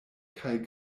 kaj